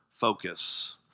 focus